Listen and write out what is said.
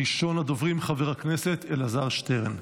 ראשון הדוברים, חבר הכנסת אלעזר שטרן.